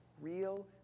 real